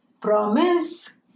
promise